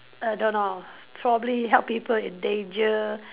I don't know probably help people in danger